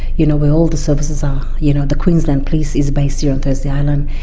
you know, where all the services are. you know, the queensland police is based here on thursday island.